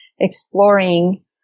exploring